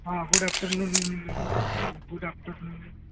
ହଁ good afternoon good after ନୁନ୍